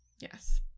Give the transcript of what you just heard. Yes